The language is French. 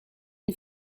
une